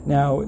Now